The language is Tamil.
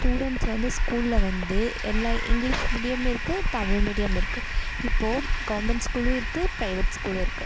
ஸ்டூடென்ட்ஸ் வந்து ஸ்கூலில் வந்து எல்லாம் இங்கிலீஷ் மீடியம் இருக்குது தமிழ் மீடியம் இருக்குது இப்போது கவுர்மெண்ட் ஸ்கூலும் இருக்குது ப்ரைவட் ஸ்கூலும் இருக்குது